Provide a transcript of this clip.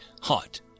hot